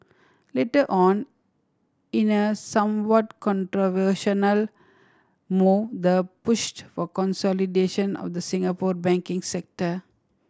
later on in a somewhat controversial move the pushed for consolidation of the Singapore banking sector